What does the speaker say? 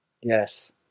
Yes